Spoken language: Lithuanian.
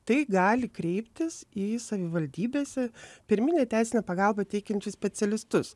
tai gali kreiptis į savivaldybėse pirminę teisinę pagalbą teikiančius specialistus